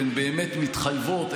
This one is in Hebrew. הן באמת מתחייבות,